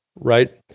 Right